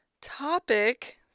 topic